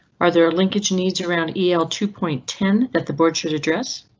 are there linkage needs around el two point ten that the board should address?